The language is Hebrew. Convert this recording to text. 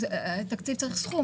התקציב צריך סכום.